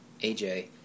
AJ